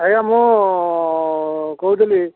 ଆଜ୍ଞା ମୁଁ କହୁଥିଲି